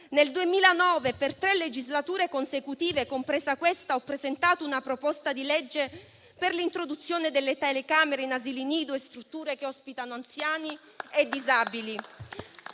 Dal 2009, per tre legislature consecutive, compresa questa, ho presentato una proposta di legge per l'introduzione delle telecamere in asili nido e strutture che ospitano anziani e disabili.